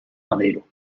madero